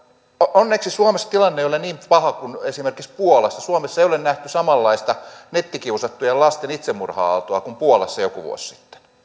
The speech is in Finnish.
onneksi suomessa tilanne ei ole niin paha kuin esimerkiksi puolassa suomessa ei ole nähty samanlaista nettikiusattujen lasten itsemurha aaltoa kuin puolassa joku vuosi sitten